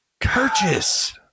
purchase